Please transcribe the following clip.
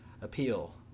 appeal